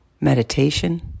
meditation